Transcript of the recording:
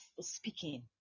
speaking